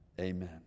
Amen